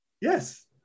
yes